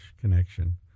connection